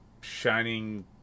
shining